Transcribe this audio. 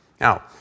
Now